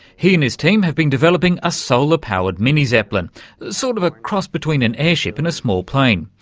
he and his team have been developing a solar powered mini-zeppelin sort of a cross between an airship and a small plane.